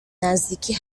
نزدیکی